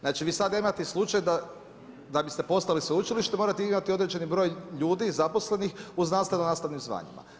Znači vi sad imate slučaj da bi ste postali sveučilište morate ima određeni broj ljudi zaposlenih u znanstveno-nastavnim zvanjima.